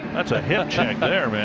that's a hip check there, man.